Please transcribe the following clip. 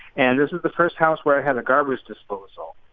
and this was the first house where i had a garbage disposal.